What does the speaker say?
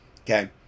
okay